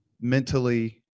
mentally